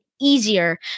easier